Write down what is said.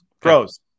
Pros